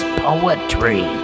poetry